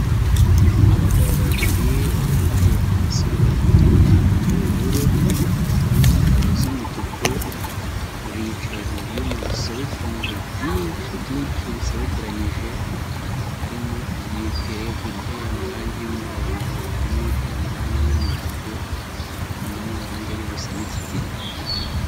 Abagabo babiri bambaye amaserubeti y'ubururu n'ingofero z'umutuku bicaye mu byuma bisobekeranyije byinshi byinshi bisobekeranyije, harimo ibite biteye amarangi y'umuhondo, harimo ibiti amarangi y'umutuku n'amarangi ajya gusa n'kigina.